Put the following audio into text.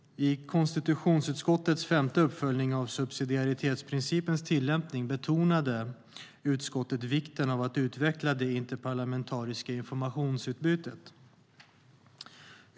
I konstitutionsutskottets femte uppföljning av subsidiaritetsprincipens tillämpning betonade utskottet vikten av att utveckla det interparlamentariska informationsutbytet.